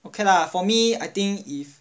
okay lah for me I think if